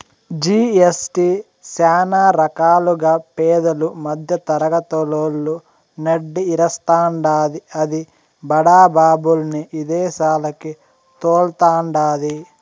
GST సానా రకాలుగా పేదలు, మద్దెతరగతోళ్ళు నడ్డి ఇరస్తాండాది, అది బడా బాబుల్ని ఇదేశాలకి తోల్తండాది